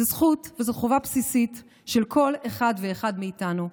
זו זכות וזו חובה בסיסית של כל אחד ואחד מאיתנו.